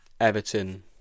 Everton